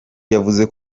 yavuze